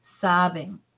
sobbing